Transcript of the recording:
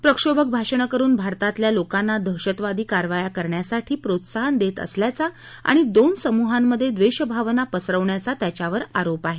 प्रक्षोभक भाषणं करून भारतातल्या लोकांना दहशतवादी कारवाया करण्यासाठी प्रोत्साहन देत असल्याचा आणि दोन समूहांमध्ये द्वेषभावना पसरवण्याचा त्याच्यावर आरोप आहे